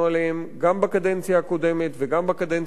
גם בקדנציה הקודמת וגם בקדנציה הנוכחית.